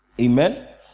Amen